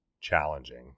challenging